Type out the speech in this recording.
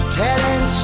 telling